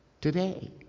today